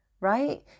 right